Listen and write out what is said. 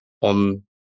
on